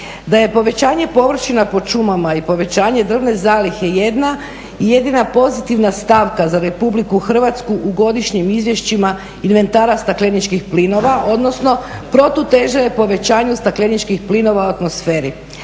Da je povećanje površina pod šumama i povećanje drvne zalihe jedna i jedina pozitivna stavka za RH u godišnjim izvješćima inventara stakleničkih plinova, odnosno protuteža je povećanju stakleničkih plinova u atmosferi,